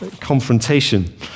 confrontation